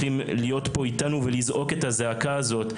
צריכים להיות פה איתנו ולזעוק את הזעקה הזאת.